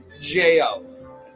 J-O